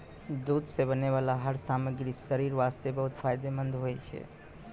दूध सॅ बनै वाला हर सामग्री शरीर वास्तॅ बहुत फायदेमंंद होय छै